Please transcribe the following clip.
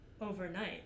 overnight